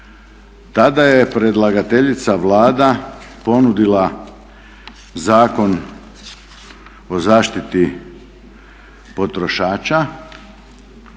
Tada je predlagateljica Vlada ponudila Zakon o zaštiti potrošača.